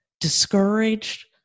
discouraged